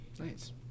Nice